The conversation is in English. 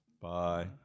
Bye